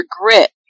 grit